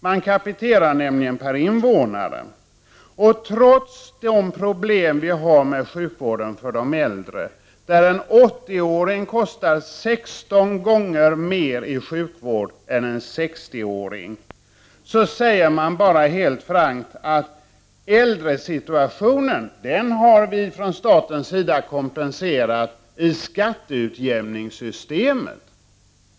Man kapiterar nämligen per invånare, och trots de problem som vi har med sjukvården för de äldre, där en 80-åring kostar 16 gånger mer i sjukvård än en 60 åring, säger man bara helt frankt att äldresituationen har vi från statens sida kompenserat i skatteutjämningssystemet.